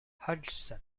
hodgson